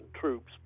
troops